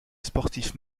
sportif